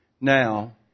Now